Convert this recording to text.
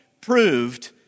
proved